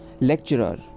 lecturer